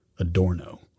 Adorno